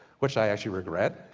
which i actually regret.